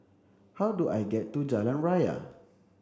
how do I get to Jalan Raya